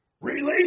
Release